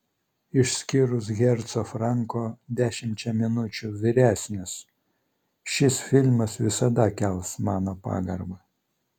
išskyrus herco franko dešimčia minučių vyresnis šis filmas visada kels mano pagarbą